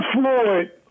Floyd